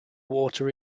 water